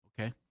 Okay